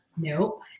Nope